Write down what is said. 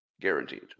Guaranteed